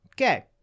Okay